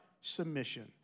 submission